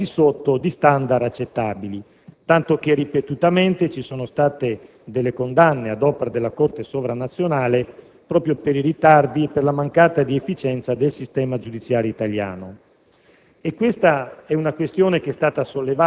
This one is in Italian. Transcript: rispetto agli altri Paesi europei, al di sotto di *standard* accettabili, tanto che ripetutamente ci sono state condanne ad opera della Corte sovranazionale proprio per i ritardi dovuti alla mancanza di efficienza del sistema giudiziario italiano.